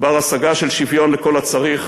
שוויון לכל הצריך,